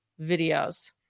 videos